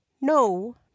no